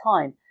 time